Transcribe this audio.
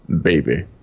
Baby